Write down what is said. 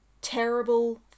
terrible